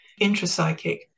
intrapsychic